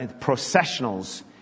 processionals